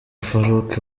farouk